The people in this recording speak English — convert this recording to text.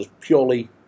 purely